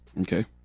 Okay